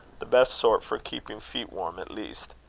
the best sort for keeping feet warm at least.